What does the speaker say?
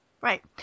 Right